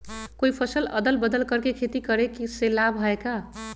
कोई फसल अदल बदल कर के खेती करे से लाभ है का?